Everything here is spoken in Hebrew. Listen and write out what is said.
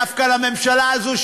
דווקא לממשלה הזו,